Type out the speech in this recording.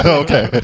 okay